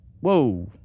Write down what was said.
whoa